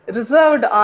Reserved